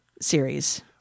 series